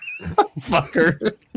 Fucker